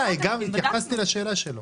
התייחסתי לשאלה שלו.